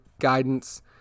guidance